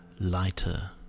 lighter